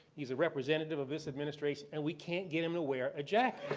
he's a representative of this administration. and we can't get him to wear a jacket.